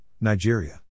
Nigeria